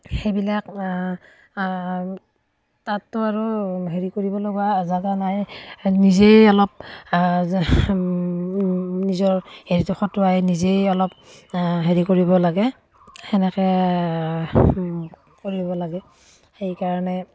সেইবিলাক তাততো আৰু হেৰি কৰিব লগা জেগা নাই নিজেই অলপ নিজৰ হেৰিটো খটোৱাই নিজেই অলপ হেৰি কৰিব লাগে সেনেকৈ কৰিব লাগে সেইকাৰণে